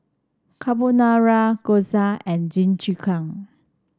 Carbonara Gyoza and Jingisukan